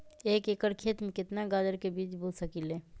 एक एकर खेत में केतना गाजर के बीज बो सकीं ले?